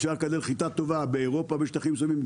אפשר לגדל חיטה טובה באירופה בשטחים מסוימים,